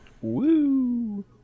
Woo